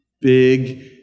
Big